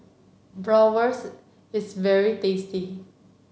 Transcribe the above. Bratwurst is very tasty